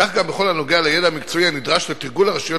כך גם בכל הנוגע לידע המקצועי הנדרש לתרגול הרשויות